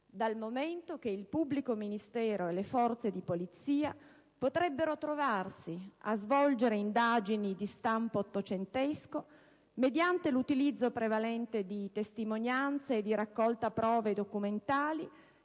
dal momento che il pubblico ministero e le forze di polizia potrebbero trovarsi a svolgere indagini di stampo ottocentesco mediante l'utilizzo prevalente di testimonianze e la raccolta di prove documentali